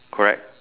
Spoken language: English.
correct